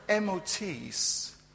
MOT's